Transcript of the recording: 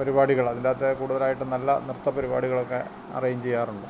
പരിപാടികൾ അതിൻറ്റകത്തു കൂടുതലായിട്ടും നല്ല നൃത്തപരിപാടികളൊക്കെ അറേഞ്ച് ചെയ്യാറുണ്ട്